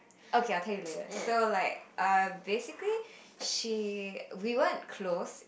okay I'll tell you later so like err basically she we weren't close